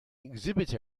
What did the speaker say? exhibit